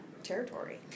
territory